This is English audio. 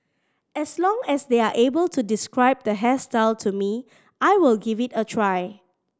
as long as they are able to describe the hairstyle to me I will give it a try